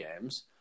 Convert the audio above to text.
games